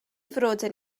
frodyr